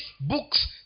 books